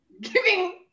giving